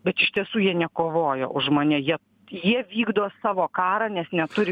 bet iš tiesų jie nekovoja už mane jie jie vykdo savo karą nes neturi